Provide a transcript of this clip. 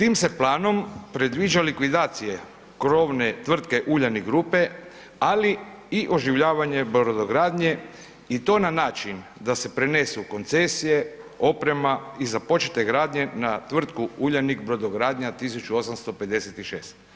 Tim se planom predviđa likvidacije krovne tvrtke Uljanik grupe ali i oživljavanje brodogradnje i to na način da se prenesu koncesije, oprema i započete gradnje na tvrtku Uljanik brodogradnja 1856.